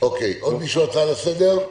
יש לעוד מישהו הצעה לסדר?